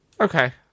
Okay